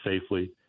safely